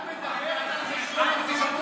את מדברת על חשבון הציבור?